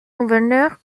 gouverneur